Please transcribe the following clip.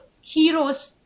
heroes